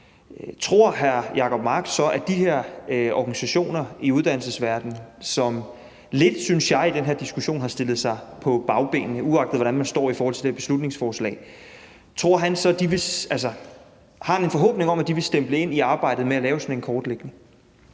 forhåbning om, at de her organisationer i uddannelsesverdenen, som lidt, synes jeg, i den her diskussion har stillet sig på bagbenene – uagtet hvordan man står i forhold til det her beslutningsforslag – vil stemple ind i arbejdet med at lave sådan en kortlægning?